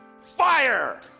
fire